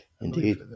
Indeed